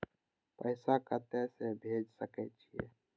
पैसा कते से भेज सके छिए?